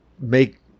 make